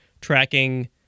tracking